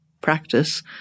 practice